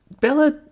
Bella